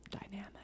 dynamic